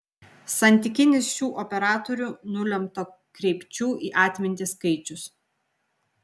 santykinis šių operatorių nulemto kreipčių į atmintį skaičius